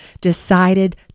decided